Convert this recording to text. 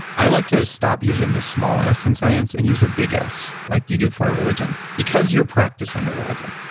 i like to stop using the small s in science and use a big s like you do for a religion because you're practicing a religion.